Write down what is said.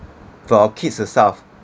for our kids itself